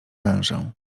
wężę